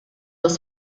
los